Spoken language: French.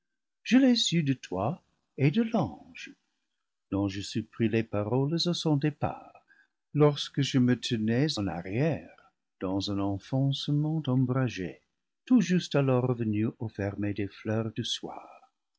je l'ai su de toi et de l'ange dont je surpris les paroles à son départ lorsque je me tenais en arrière dans un enfoncement ombragé tout juste alors revenue au fermer des fleurs du soir